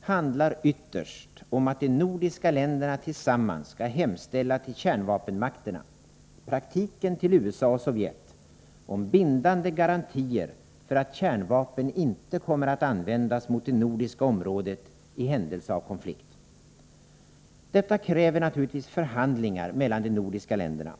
handlar ytterst om att de nordiska länderna tillsammans skall hemställa till kärnvapenmakterna — i praktiken till USA och Sovjetunionen — om bindande garantier för att kärnvapen inte kommer att användas mot det nordiska området i händelse av konflikt. Detta kräver naturligtvis förhandlingar mellan de nordiska länderna.